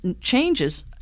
changes